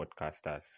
podcasters